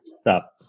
stop